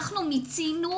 אנחנו מיצינו,